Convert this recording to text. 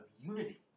unity